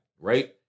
right